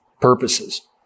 purposes